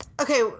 Okay